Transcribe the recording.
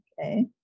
Okay